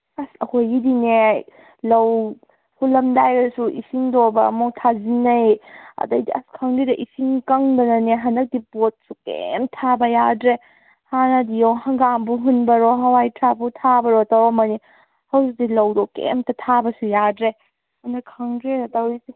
ꯑꯁ ꯑꯩꯈꯣꯏꯒꯤꯗꯤꯅꯦ ꯂꯧ ꯍꯨꯜꯂꯝꯗꯥꯏꯗꯁꯨ ꯏꯁꯤꯡꯗꯣꯕ ꯑꯃꯨꯛ ꯊꯥꯖꯤꯟꯅꯩ ꯑꯗꯩꯗꯤ ꯑꯁ ꯈꯪꯗꯦꯗ ꯏꯁꯤꯡ ꯀꯪꯗꯅꯅꯦ ꯍꯟꯗꯛꯇꯤ ꯄꯣꯠꯁꯨ ꯀꯔꯤꯝ ꯊꯥꯕ ꯌꯥꯗ꯭ꯔꯦ ꯍꯥꯟꯅꯗꯤ ꯍꯪꯒꯥꯝꯕꯨ ꯍꯨꯟꯕꯑꯣ ꯍꯋꯥꯏꯗ꯭ꯔꯥꯛꯄꯨ ꯊꯥꯕꯑꯣ ꯇꯧꯔꯝꯕꯅꯤ ꯍꯧꯖꯤꯛꯇꯤ ꯂꯧꯗꯣ ꯀꯔꯤꯝꯇ ꯊꯥꯕꯁꯨ ꯌꯥꯗ꯭ꯔꯦ ꯑꯗꯨꯅ ꯈꯪꯗ꯭ꯔꯦꯗ ꯇꯧꯔꯤꯁꯦ